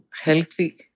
healthy